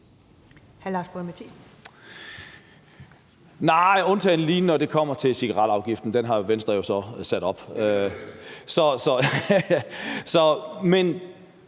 lige undtagen når det kommer til cigaretafgiften. Den har Venstre jo så sat op. Men